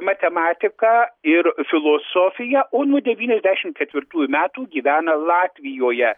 matematiką ir filosofiją o nuo devyniasdešimt ketvirtųjų metų gyvena latvijoje